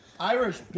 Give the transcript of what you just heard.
Irish